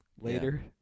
Later